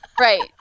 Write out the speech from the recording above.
Right